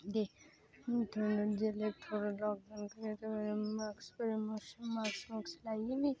जेल्लै लॉकडाऊन होआ थोह्ड़ा मास्क लाइयै नी